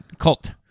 cult